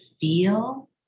feel